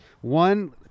one